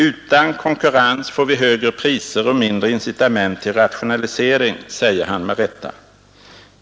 Utan konkurrens får vi högre priser och mindre incitament till rationalisering, säger han med rätta.